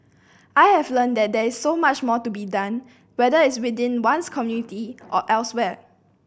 I have learnt that there is so much more to be done whether it is within one's community or elsewhere